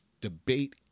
debate